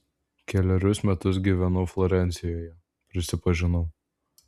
kelerius metus gyvenau florencijoje prisipažinau